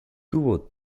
tuvo